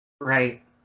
right